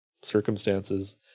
circumstances